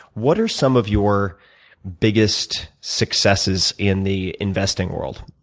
what are some of your biggest successes in the investing world?